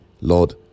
lord